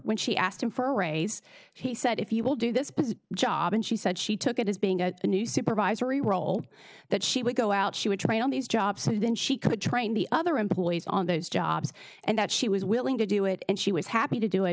when she asked him for a raise he said if you will do this because job and she said she took it as being a new supervisory role that she would go out she would train on these jobs and then she could train the other employees on those jobs and that she was willing to do it and she was happy to do it